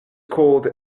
cold